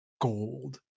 gold